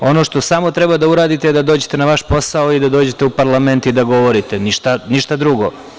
Ono što samo treba da uradite je da dođete na vaš posao i da dođete u parlament i da govorite, ništa drugo.